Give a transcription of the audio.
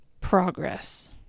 progress